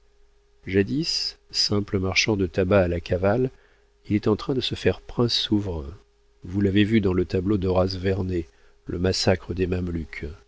jadis simple marchand de tabac à la cavalle il est en train de se faire prince souverain vous l'avez vu dans le tableau d'horace vernet le massacre des